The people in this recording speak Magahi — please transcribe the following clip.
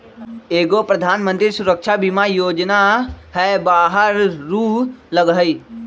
एगो प्रधानमंत्री सुरक्षा बीमा योजना है बारह रु लगहई?